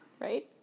right